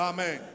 Amen